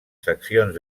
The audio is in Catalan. seccions